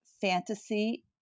fantasy